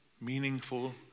meaningful